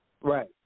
Right